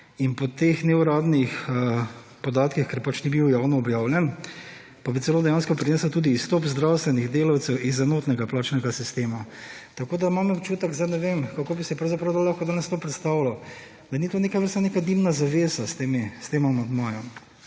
In po teh neuradnih podatkih, ker pač ni bil javno objavljen, pa bi celo dejansko prinesla tudi izstop zdravstvenih delavcev iz enotnega plačnega sistema. Tako da imam občutek, zdaj ne vem, kako bi si pravzaprav lahko danes to predstavljal, da ni to neke vrste neka dimna zavesa s tem amandmajev,